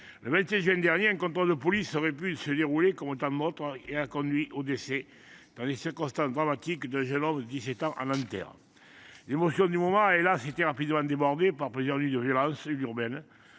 le 27 juin dernier, un contrôle de police qui aurait pu se dérouler comme tant d’autres a conduit au décès, dans des circonstances dramatiques, d’un jeune homme de 17 ans à Nanterre. L’émotion du moment a – hélas !– été rapidement débordée par plusieurs nuits de violences urbaines,